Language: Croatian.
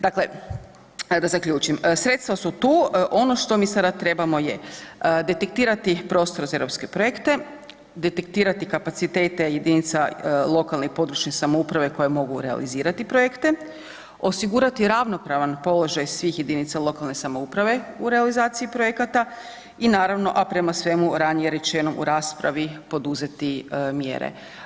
Dakle, da zaključim, sredstva su tu, ono što mi sada trebamo je detektirati prostor za europske projekte, detektirati kapacitete jedinica lokalne i područne samouprave koje mogu realizirati projekte, osigurati ravnopravan položaj svih jedinica lokalne samouprave u realizaciji projekata i naravno, a prema svemu ranije rečeno u raspravi poduzeti mjere.